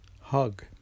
hug